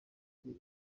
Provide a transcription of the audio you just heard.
afite